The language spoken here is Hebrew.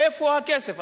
איפה הכסף?